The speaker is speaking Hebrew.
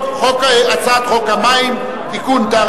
תודה.